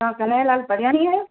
तव्हां कन्हैयालाल परयाणी आहियो